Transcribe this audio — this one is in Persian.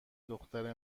دختر